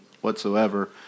whatsoever